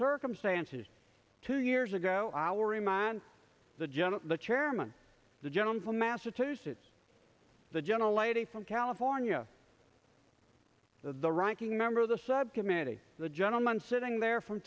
circumstances two years ago i will remind the general the chairman the gentleman from massachusetts the gentle lady from california the ranking member of the subcommittee the gentleman sitting there from